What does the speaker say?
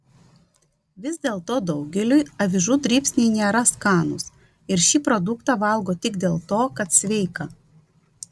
vis dėlto daugeliui avižų dribsniai nėra skanūs ir šį produktą valgo tik dėl to kad sveika